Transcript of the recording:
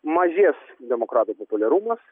mažės demokratų populiarumas